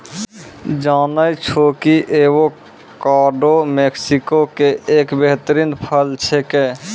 जानै छौ कि एवोकाडो मैक्सिको के एक बेहतरीन फल छेकै